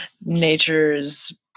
nature's